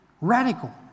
radical